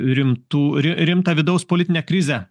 rimtų ri rimtą vidaus politinę krizę